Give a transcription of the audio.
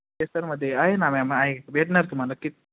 केसरमध्ये आहे ना मॅम आहे भेटणार तुम्हाला किती